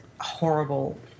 horrible